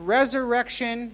Resurrection